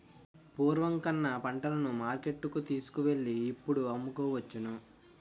పూర్వం కన్నా పంటలను మార్కెట్టుకు తీసుకువెళ్ళి ఇప్పుడు అమ్ముకోవచ్చును